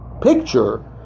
picture